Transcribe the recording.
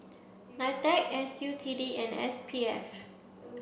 Ni Tec S U T D and S P F